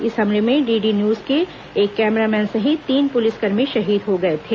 इस हमले में डीडी न्यूज के एक कैमरामैन सहित तीन पुलिसकर्मी शहीद हो गए थे